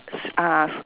s~ uh s~